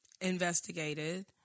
investigated